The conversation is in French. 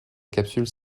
capsules